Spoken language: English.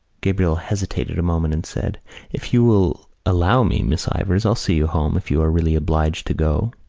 gabriel hesitated a moment and said if you will allow me, miss ivors, i'll see you home if you are really obliged to go.